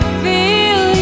feel